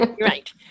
Right